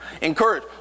Encourage